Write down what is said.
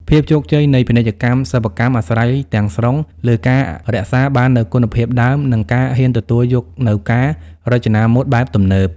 ភាពជោគជ័យនៃពាណិជ្ជកម្មសិប្បកម្ម អាស្រ័យទាំងស្រុងលើការរក្សាបាននូវគុណភាពដើម និងការហ៊ានទទួលយកនូវការរចនាម៉ូដបែបទំនើប។